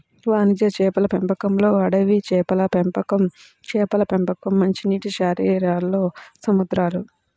వాణిజ్య చేపల పెంపకంలోఅడవి చేపల పెంపకంచేపల పెంపకం, మంచినీటిశరీరాల్లో సముద్రాలు